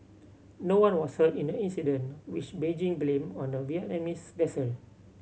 no one was hurt in the incident which Beijing blamed on the Vietnamese vessel